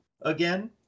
again